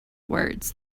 words